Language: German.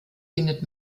findet